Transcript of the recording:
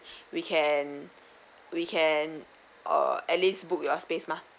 we can we can uh at least book your space mah